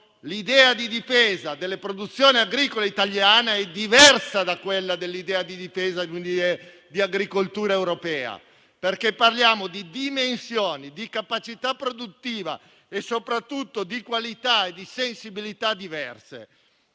l'idea di difesa della produzione agricola italiana è diversa da quella di difesa dell'agricoltura europea, perché parliamo di dimensioni, di capacità produttiva e soprattutto di qualità e di sensibilità diverse.